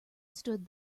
stood